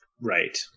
Right